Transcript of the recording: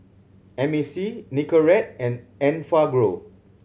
M A C Nicorette and Enfagrow